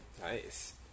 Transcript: nice